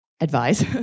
Advise